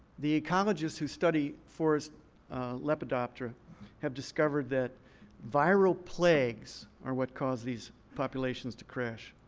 the ecologists who study forest lepidoptera have discovered that viral plagues are what cause these populations to crash.